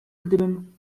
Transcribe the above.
gdybym